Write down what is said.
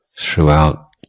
throughout